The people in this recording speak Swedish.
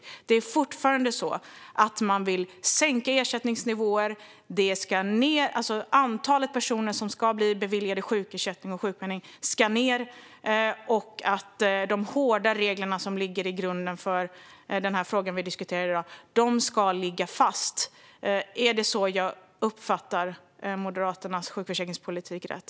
Vill man fortfarande att ersättningsnivåerna ska sänkas, att antalet personer som ska beviljas sjukersättning och sjukpenning ska ned och att de hårda regler som ligger till grund för det vi diskuterar i dag ska ligga fast? Är det så? Uppfattar jag Moderaternas sjukförsäkringspolitik rätt?